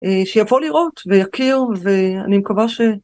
שיבואו לראות ויכיר ואני מקווה ש